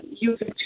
using